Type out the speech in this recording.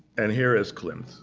and here is klimt.